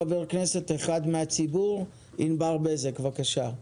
חברת הכנסת ענבר בזק, בבקשה.